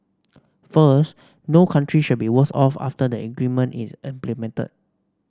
first no country should be worse off after the agreement is implemented